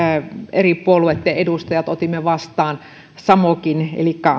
eri puolueitten edustajat otimme vastaan samokin elikkä